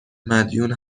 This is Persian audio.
مدیون